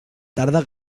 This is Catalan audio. tarda